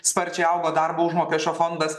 sparčiai augo darbo užmokesčio fondas